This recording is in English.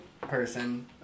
person